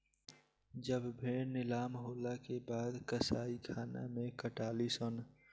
जब भेड़ नीलाम होला के बाद कसाईखाना मे कटाली सन